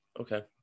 Okay